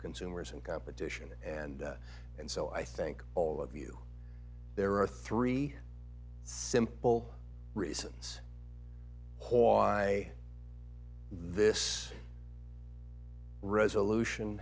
consumers and competition and and so i think all of you there are three simple reasons why this resolution